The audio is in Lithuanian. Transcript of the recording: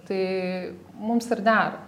tai mums ir dera